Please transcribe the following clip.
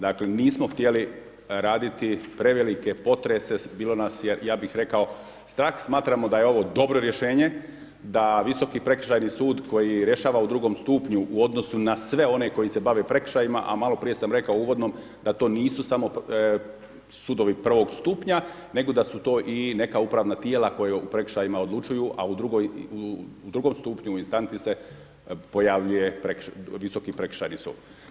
Dakle nismo htjeli raditi prevelik potrese, bilo nas je ja bih rekao strah, smatramo da je ovo dobro rješenje, da Visoki prekršajni sud koji rješava u drugom stupnju u odnosu na sve one koji se bave prekršajnima a maloprije sam rekao u uvodno da to nisu samo sudovi prvog stupnja nego da su to i neka upravna tijela koja u prekršajima odlučuju a u drugom stupnju, instanci se pojavljuje Visoki prekršajni sud.